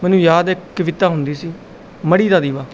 ਮੈਨੂੰ ਯਾਦ ਹੈ ਕਵਿਤਾ ਹੁੰਦੀ ਸੀ ਮੜੀ ਦਾ ਦੀਵਾ